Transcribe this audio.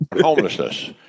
Homelessness